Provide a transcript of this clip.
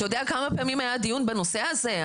אתה יודע כמה פעמים היה דיון בנושא הזה?